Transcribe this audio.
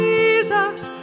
Jesus